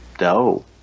No